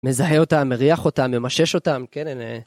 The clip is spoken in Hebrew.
מזהה אותם, מריח אותם, ממשש אותם, כן הנה.